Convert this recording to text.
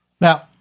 Now